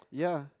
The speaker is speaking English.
ya